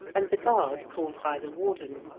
and the guard called by the warden,